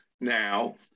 now